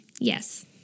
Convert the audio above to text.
yes